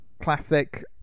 classic